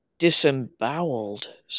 Disemboweled